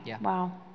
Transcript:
Wow